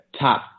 top